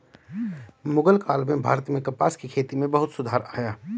मुग़ल काल में भारत में कपास की खेती में बहुत सुधार आया